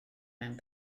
mewn